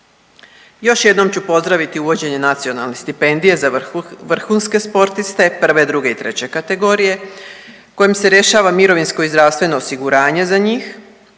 Još jednom ću pozdraviti uvođenje nacionalne stipendije za vrhunske sportiste prve, druge i treće kategorije kojim se rješava mirovinsko i zdravstveno osiguranje za njih.